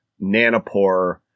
nanopore